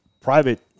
private